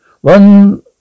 one